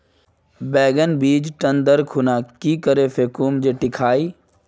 बैगन बीज टन दर खुना की करे फेकुम जे टिक हाई?